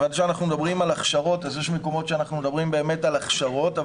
כשאנחנו מדברים על הכשרות אז יש מקומות שאנחנו מדברים באמת על הכשרות,